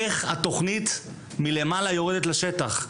איך התוכנית מלמעלה יורדת לשטח,